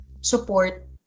support